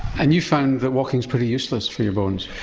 and you found that walking is pretty useless for your bones?